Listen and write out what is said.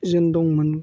जोन दंमोन